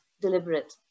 deliberate